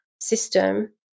system